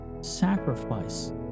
sacrifice